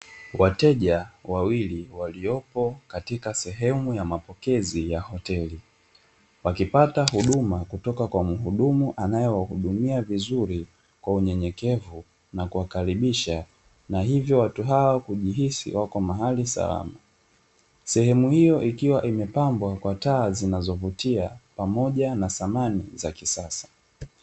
Wateja wawili waliopo katika sehemu ya mapokezi ya hoteli, wakipata huduma kutoka kwa mhudumu anayewahudumia vizuri kwa unyenyekevu, na kuwakaribisha, na hivyo watu hawa kujihisi wapo mahali salama. Sehemu hiyo ikiwa imepambwa kwa taa zinazovutia, pamoja na samani za kisasa.